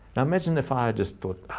imagine if i just thought,